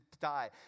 die